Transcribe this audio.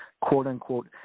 quote-unquote